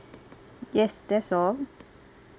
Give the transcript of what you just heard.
yes that's all